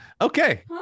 okay